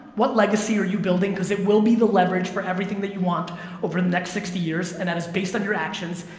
what legacy are you building building because it will be the leverage for everything that you want over the next sixty years and that is based on your actions,